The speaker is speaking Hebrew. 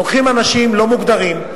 לוקחים אנשים לא מוגדרים,